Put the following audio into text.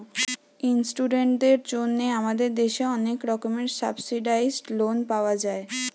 ইস্টুডেন্টদের জন্যে আমাদের দেশে অনেক রকমের সাবসিডাইসড লোন পাওয়া যায়